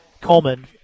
Coleman